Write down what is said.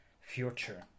future